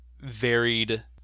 varied